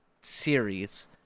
series